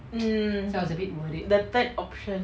mm the third option